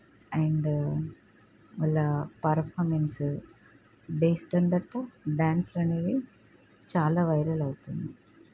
and వాళ్ళ performance based on that డాన్స్లనేవి చాలా వైరల్ అవుతున్నయి